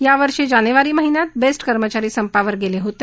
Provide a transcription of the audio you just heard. यावर्षी जानेवारी महिन्यात बेस्ट कर्मचारी संपावर गेले होते